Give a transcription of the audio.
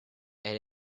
and